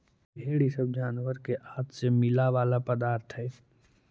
भेंड़ इ सब जानवर के आँत से मिला वाला पदार्थ हई